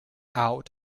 out